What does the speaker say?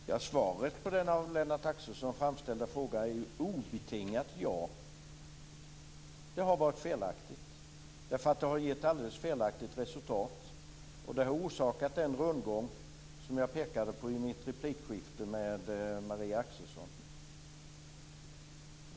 Fru talman! Svaret på den av Lennart Axelsson framställda frågan är obetingat ja. Den har varit felaktigt. Den har gett alldeles felaktigt resultat. Den har orsakat den rundgång som jag pekade på i mitt replikskifte med Marie Axelsson.